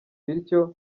bityo